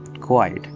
Quiet